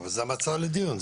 אבל זו ההצעה לדיון.